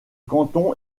canton